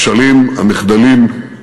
הכשלים, המחדלים,